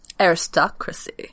Aristocracy